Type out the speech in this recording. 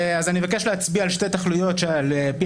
אז אני מבקש להצביע על שתי תכליות שעל פי